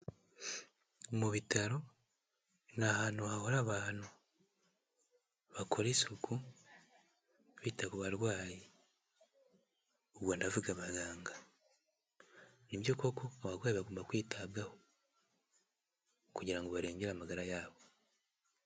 Mu bitaro ni ahantu hahora abantu bakora isuku bita ku barwayi. Ubwo ndavuga abaganga. Ni byo koko abarwayi bagomba kwitabwaho kugira ngo barengere amagara yabo.